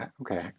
okay